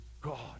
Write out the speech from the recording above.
God